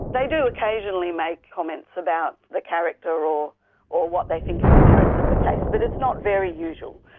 they do occasionally make comments about the character or or what they think of the merits of the case, but it's not very usual.